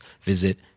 visit